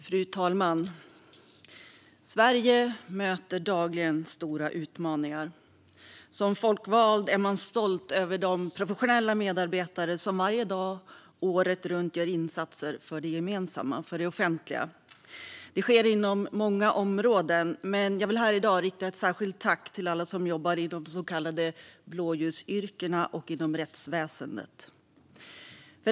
Fru talman! Sverige möter dagligen stora utmaningar. Som folkvald är man stolt över de professionella medarbetare som varje dag året runt gör insatser för det gemensamma och det offentliga. Det sker inom många områden, men jag vill här i dag rikta ett särskilt tack till alla som jobbar i de så kallade blåljusyrkena och inom rättsväsendet.